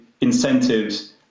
incentives